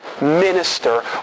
minister